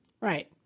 right